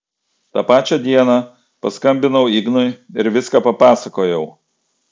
tą pačią dieną paskambinau ignui ir viską papasakojau